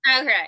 Okay